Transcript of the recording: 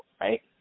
right